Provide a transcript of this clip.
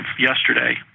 yesterday